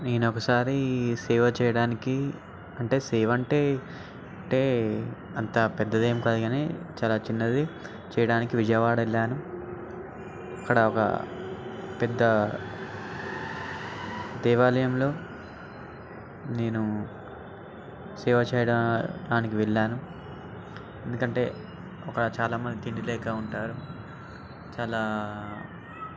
నేను ఒకసారి సేవ చేయడానికి అంటే సేవ అంటే అంటే అంత పెద్దది ఏం కాదు కానీ చాలా చిన్నది చేయడానికి విజయవాడకి వెళ్ళాను అక్కడ ఒక పెద్ద దేవాలయంలో నేను సేవ చేయడాడానికి వెళ్ళాను ఎందుకంటే అక్కడ చాలా మంది తిండి లేక ఉంటారు చాలా